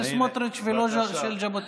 אדוני היושב-ראש, הוגה הדעות של הימין, לא?